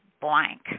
blank